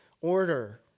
order